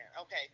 Okay